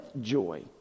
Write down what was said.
joy